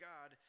God